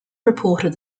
reported